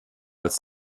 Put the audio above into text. als